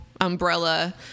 umbrella